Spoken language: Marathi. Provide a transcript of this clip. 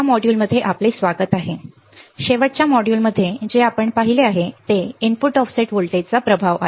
या मॉड्यूलमध्ये आपले स्वागत आहे शेवटच्या मॉड्यूलमध्ये जे आपण पाहिले आहे ते इनपुट ऑफसेट व्होल्टेजचा प्रभाव आहे